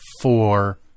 four